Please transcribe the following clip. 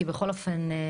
כי בכל אופן.